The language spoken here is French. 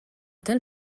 tel